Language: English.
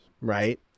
right